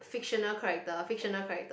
fictional character fictional character